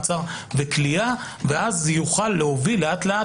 מעצר וכליאה ואז זה יוכל להוביל לאט-לאט